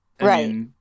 Right